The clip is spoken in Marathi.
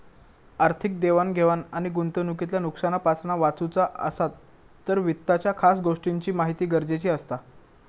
आर्थिक देवाण घेवाण आणि गुंतवणूकीतल्या नुकसानापासना वाचुचा असात तर वित्ताच्या खास गोष्टींची महिती गरजेची असता